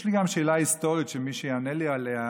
יש לי גם שאלה היסטורית, ומי שיענה לי עליה,